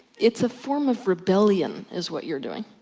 it's a form of rebellion, is what you're doing.